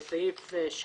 "(א) הסעיף,